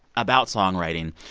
about songwriting,